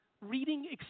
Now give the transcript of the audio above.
reading